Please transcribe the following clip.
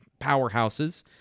powerhouses